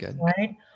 right